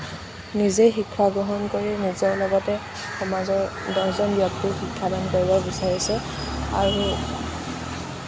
নিজে শিক্ষা গ্ৰহণ কৰি নিজৰ লগতে সমাজৰ দহজন ব্যক্তিক শিক্ষাদান কৰিব বিচাৰিছে আৰু